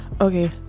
Okay